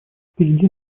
впереди